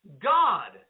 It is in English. God